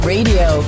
Radio